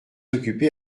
occupé